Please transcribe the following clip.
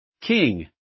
king